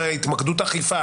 התמקדות אכיפה,